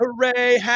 Hooray